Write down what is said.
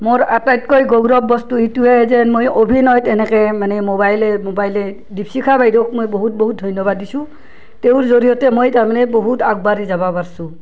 মোৰ আটাইতকৈ গৌৰব বস্তু এইটোৱেই যে মই অভিনয়ত এনেকে মানে ম'বাইলে ম'বাইলে দীপশিখা বাইদেউক মই বহুত বহুত ধন্যবাদ দিছোঁ তেওঁৰ জৰিয়তে মই তাৰমানে বহুত আগবাঢ়ি যাবা পাৰছোঁ